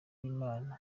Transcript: uwimana